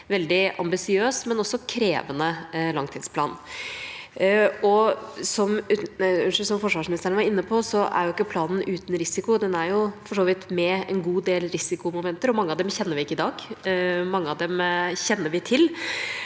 veldig ambisiøs, men også krevende langtidsplan. Som forsvarsministeren var inne på, er ikke planen uten risiko. Den har for så vidt en god del risikomomenter. Mange av dem kjenner vi ikke i dag; mange av dem kjenner vi til.